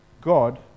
God